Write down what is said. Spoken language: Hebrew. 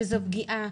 שזו פגיעה,